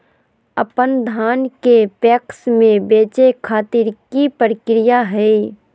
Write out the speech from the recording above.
अपन धान के पैक्स मैं बेचे खातिर की प्रक्रिया हय?